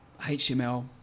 HTML